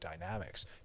dynamics